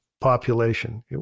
population